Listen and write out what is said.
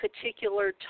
particular